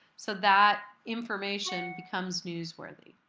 so that information becomes news worthy.